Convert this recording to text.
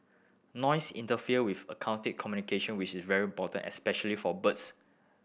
noise interfere with communication which is very important especially for birds